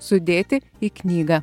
sudėti į knygą